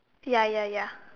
ya ya ya